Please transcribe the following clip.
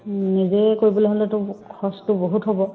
নিজে কৰিবলে হ'লেতো খৰচটো বহুত হ'ব